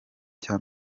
cya